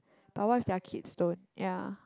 but what's their kids don't ya